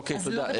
תודה.